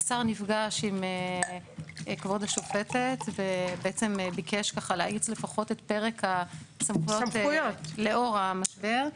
השר נפגש עם כבוד השופטת וביקש להאיץ לפחות את פרק הסמכויות בשל המשבר.